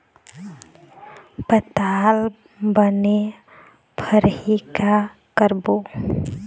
पताल बने फरही का करबो?